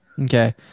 okay